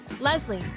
Leslie